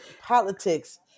politics